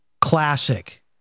Classic